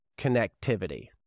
connectivity